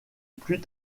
plus